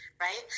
right